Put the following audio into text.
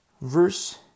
verse